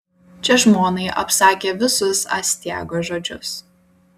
čia žmonai apsakė visus astiago žodžius